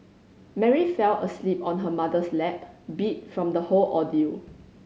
Mary fell asleep on her mother's lap beat from the whole ordeal